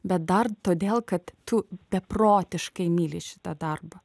bet dar todėl kad tu beprotiškai myli šitą darbą